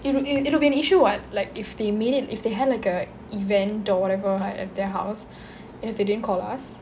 it'll it'll be an issue what like if they made it if they had like a event or whatever at their house and if they didn't call us